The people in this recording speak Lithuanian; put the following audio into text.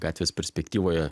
gatvės perspektyvoje